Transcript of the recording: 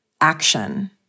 action